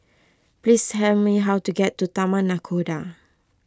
please tell me how to get to Taman Nakhoda